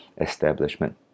establishment